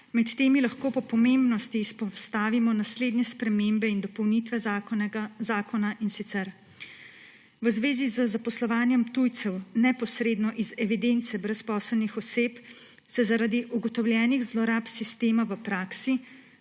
Med temi lahko po pomembnosti izpostavimo naslednje spremembe in dopolnitve zakona, in sicer v zvezi z zaposlovanjem tujcev neposredno iz evidence brezposelnih oseb se zaradi ugotovljenih zlorab sistema v praksi,